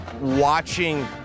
watching